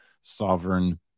sovereign